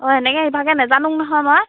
অঁ এনেকৈ ইভাগে নাজানো নহয় মই